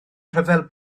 rhyfel